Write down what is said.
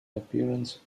appearance